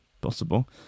Possible